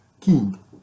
king